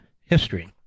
history